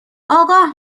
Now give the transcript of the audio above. آگاه